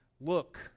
look